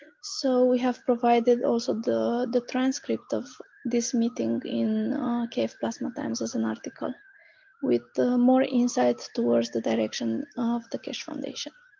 so we have provided also the the transcript of this meeting in kf plasma times. as an article with more insight towards the direction of the keshe foundation.